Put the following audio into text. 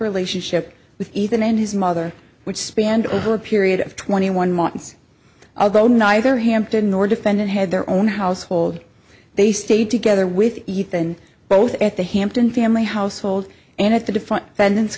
relationship with ethan and his mother which spanned over a period of twenty one months although neither hampton nor defendant had their own household they stayed together with ethan both at the hampton family household and at the different even